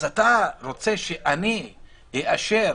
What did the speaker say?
אז אתה רוצה שאני אאשר